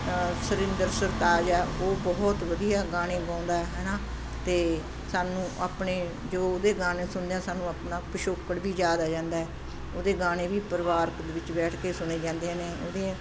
ਸਤਿੰਦਰ ਸਰਤਾਜ ਆ ਉਹ ਬਹੁਤ ਵਧੀਆ ਗਾਣੇ ਗਾਉਂਦਾ ਹੈ ਨਾ ਅਤੇ ਸਾਨੂੰ ਆਪਣੇ ਜੋ ਉਹਦੇ ਗਾਣੇ ਸੁਣਦੇ ਹਾਂ ਸਾਨੂੰ ਆਪਣਾ ਪਿਛੋਕੜ ਵੀ ਯਾਦ ਆ ਜਾਂਦਾ ਉਹਦੇ ਗਾਣੇ ਵੀ ਪਰਿਵਾਰ ਕ ਦੇ ਵਿੱਚ ਬੈਠ ਕੇ ਸੁਣੇ ਜਾਂਦੇ ਨੇ ਉਹਦੀਆਂ